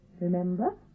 remember